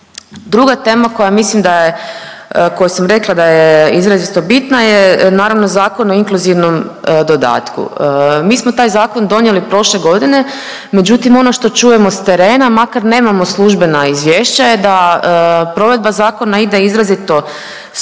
Druga tema koja mislim da je, koju sam rekla da je izrazito bitna je naravno Zakon o inkluzivnom dodatku. Mi smo taj zakon donijeli prošle godine, međutim ono što čujemo s terena makar nemamo službena izvješća je da provedba zakona ide izrazito sporo